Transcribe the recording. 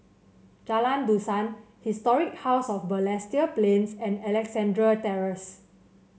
Jalan Dusan Historic House of Balestier Plains and Alexandra Terrace